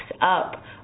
up